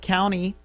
County